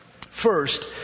First